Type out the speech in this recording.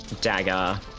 dagger